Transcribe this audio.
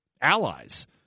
allies